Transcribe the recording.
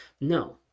No